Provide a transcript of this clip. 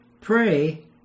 pray